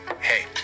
Hey